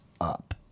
up